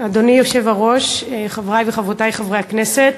אדוני היושב-ראש, חברי וחברותי חברי הכנסת,